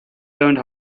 learned